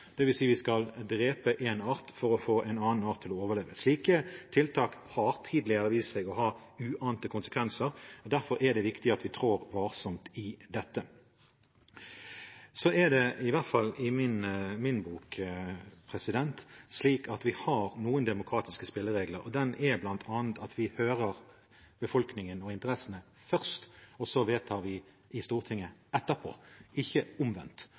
dvs. vi skal drepe en art for å få en annen art til å overleve. Slike tiltak har tidligere vist seg å ha uante konsekvenser. Derfor er det viktig at vi trår varsomt i dette. Så er det i hvert fall i min bok slik at vi har noen demokratiske spilleregler. Det er bl.a. at vi hører befolkningen og interessene først, og så vedtar vi i Stortinget etterpå – ikke omvendt.